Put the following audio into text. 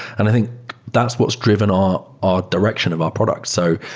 and i think that's what's driven um our direction of our product. so